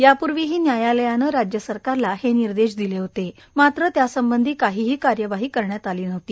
यापूर्वीही न्यायालयानं राज्यसरकारला हे निर्देश दिले होते मात्र त्यासंबंधी काहीही कार्यवाही करण्यात आली नव्हती